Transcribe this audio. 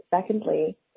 secondly